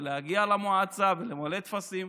ולהגיע למועצה ולמלא טפסים.